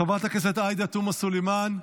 חברת הכנסת עאידה תומא סלימאן,